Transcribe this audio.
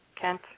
Kent